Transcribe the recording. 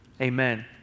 amen